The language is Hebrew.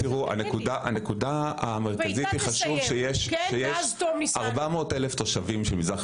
הנקודה המרכזית היא שיש 400,000 תושבים ערבים במזרח